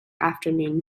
afternoon